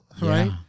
right